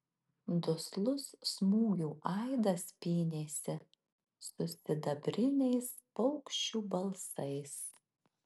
duslus smūgių aidas pynėsi su sidabriniais paukščių balsais